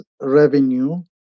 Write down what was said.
revenue